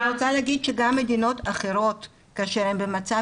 אני רוצה להגיד שגם מדינות אחרות כאשר הן במצב